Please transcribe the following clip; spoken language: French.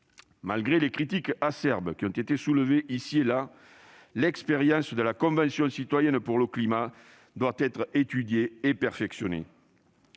Malgré les critiques acerbes qui ont été exprimées ici et là, l'expérience de la Convention citoyenne pour le climat doit être étudiée et perfectionnée.